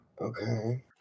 Okay